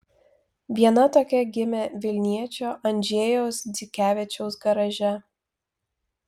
viena tokia gimė vilniečio andžejaus dzikevičiaus garaže